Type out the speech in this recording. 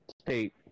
state